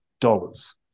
dollars